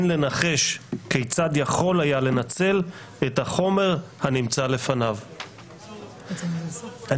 "כיצד יכול היה לנצל את החומר הנמצא לפניו." כבודו,